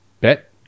bet